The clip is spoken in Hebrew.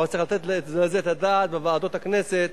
אבל צריך לתת על זה את הדעת בוועדות הכנסת,